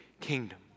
kingdom